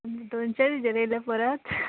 दोनशेंच हेजेर येयलें परत